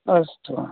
अस्तु आम्